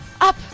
Up